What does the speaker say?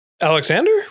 Alexander